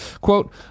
Quote